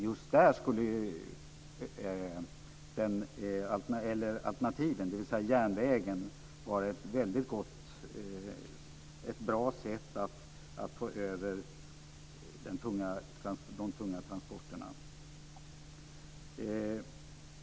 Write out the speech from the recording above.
Just där skulle det vara ett bra alternativ att föra över de tunga transporterna till järnvägen.